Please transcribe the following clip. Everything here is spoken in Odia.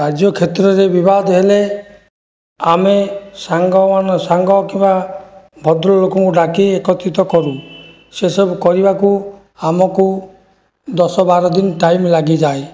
କାର୍ଯ୍ୟକ୍ଷେତ୍ରରେ ବିବାଦ ହେଲେ ଆମେ ସାଙ୍ଗମାନେ ସାଙ୍ଗ କିମ୍ବା ଭଦ୍ରଲୋକଙ୍କୁ ଡାକି ଏକତ୍ରିତ କରୁ ସେସବୁ କରିବାକୁ ଆମକୁ ଦଶ ବାର ଦିନ ଟାଇମ ଲାଗିଯାଏ